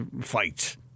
fights